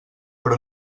però